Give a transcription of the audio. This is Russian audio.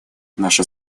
наша